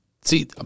See